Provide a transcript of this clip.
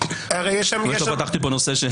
אני פתחתי פה נושא.